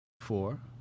four